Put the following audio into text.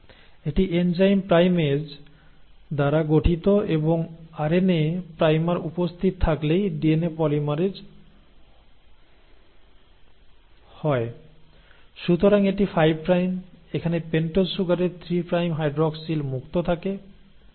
এটি enzyme primase দ্বারা গঠিত এবং আরএনএ প্রাইমার উপস্থিত থাকলেই ডিএনএ পলিমেরেজ হয় সুতরাং এটি 5 প্রাইম এখানে পেন্টোজ সুগারের 3 প্রাইম হাইড্রোক্সিল মুক্ত থাকে